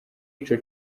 ico